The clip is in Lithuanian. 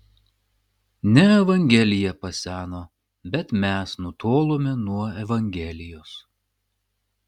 ne evangelija paseno bet mes nutolome nuo evangelijos